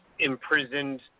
Imprisoned